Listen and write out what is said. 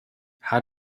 how